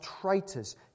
traitors